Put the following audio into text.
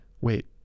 Wait